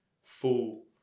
Full